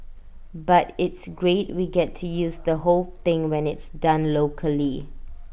but it's great we get to use the whole thing when it's done locally